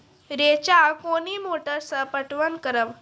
रेचा कोनी मोटर सऽ पटवन करव?